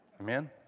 Amen